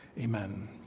Amen